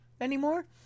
anymore